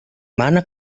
mana